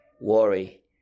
worry